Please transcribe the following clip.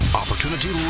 opportunity